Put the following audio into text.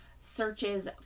searches